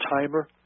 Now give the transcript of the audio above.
timer